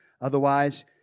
Otherwise